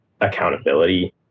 accountability